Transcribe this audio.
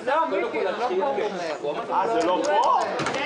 להמשיך להצביע על ההעברות תוך כדי שקט